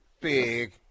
Big